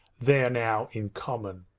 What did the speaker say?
there now! in common!